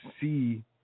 see